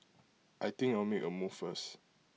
I think I'll make A move first